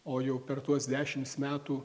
o jau per tuos dešimts metų